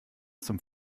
zum